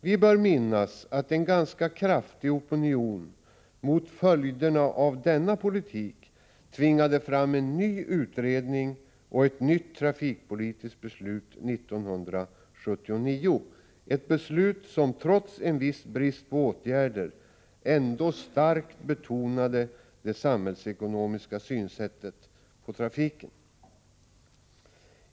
Vi bör minnas att en ganska kraftig opinion mot följderna av denna politik tvingade fram en ny utredning och ett nytt trafikpolitiskt beslut år 1979 — ett beslut som trots en viss brist på åtgärder ändå starkt betonade det samhällsekonomiska synsättet på trafiken.